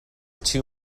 too